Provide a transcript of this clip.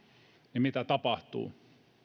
niin mitä tapahtuu